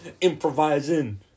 Improvising